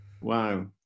Wow